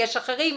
יש אחרים.